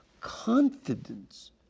CONFIDENCE